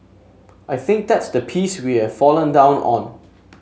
I think that's the piece we have fallen down on